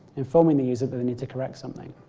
informing the user they need to correct something.